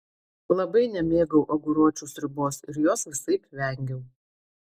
labai nemėgau aguročių sriubos ir jos visaip vengiau